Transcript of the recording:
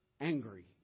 angry